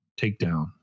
takedown